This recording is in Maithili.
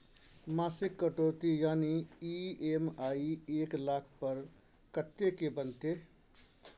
मासिक कटौती यानी ई.एम.आई एक लाख पर कत्ते के बनते?